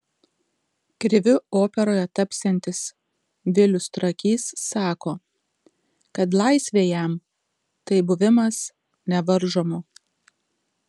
kriviu operoje tapsiantis vilius trakys sako kad laisvė jam tai buvimas nevaržomu